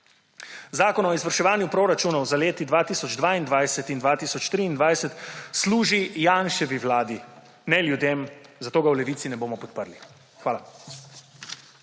Zakon o izvrševanju proračunov za leti 2022 in 2023 služi Janševi vladi, ne ljudem, zato ga v Levici ne bomo podprli. Hvala.